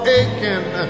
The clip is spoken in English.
aching